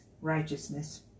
righteousness